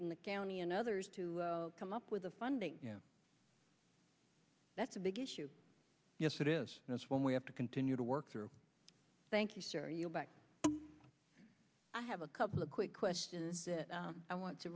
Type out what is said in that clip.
and the county and others to come up with the funding that's a big issue yes it is and that's when we have to continue to work through thank you i have a couple of quick questions i want to